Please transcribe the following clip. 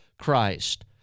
Christ